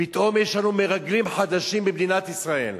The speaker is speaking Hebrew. פתאום יש לנו מרגלים חדשים במדינת ישראל.